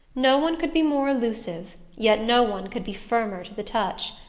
no one could be more elusive yet no one could be firmer to the touch.